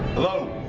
hello?